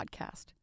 podcast